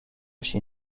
chez